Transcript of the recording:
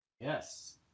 Yes